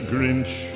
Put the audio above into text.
Grinch